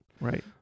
Right